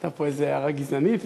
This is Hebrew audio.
הייתה פה איזו הערה גזענית?